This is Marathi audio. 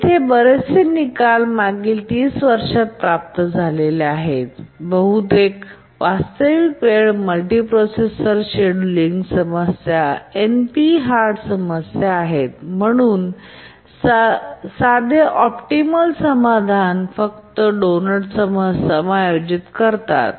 येथे बरेचसे निकाल मागील 3० वर्षात प्राप्त झाले आणि बहुतेक वास्तविक वेळ मल्टीप्रोसेसर शेड्यूलिंग समस्या एनपी हार्ड समस्या आहेत आणि म्हणूनच साधे ऑप्टिमल समाधान फक्त डोनट समायोजित करतात